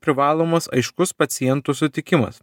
privalomas aiškus pacientų sutikimas